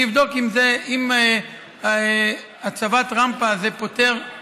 אני אבדוק אם הצבת רמפה פותרת משהו.